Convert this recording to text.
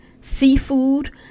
seafood